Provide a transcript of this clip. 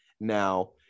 now